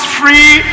free